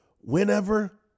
Whenever